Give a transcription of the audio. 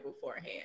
beforehand